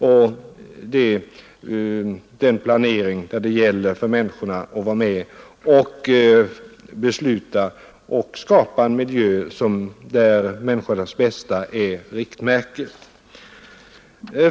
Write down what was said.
Vid den planeringen gäller det för människor att få vara med om att besluta och skapa en miljö där människornas bästa är riktmärket.